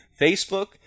Facebook